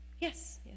Yes